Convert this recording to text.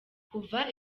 kuva